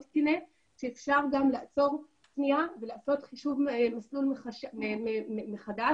כן שאפשר לעצור שנייה ולעשות חישוב מסלול מחדש,